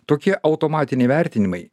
tokie automatiniai vertinimai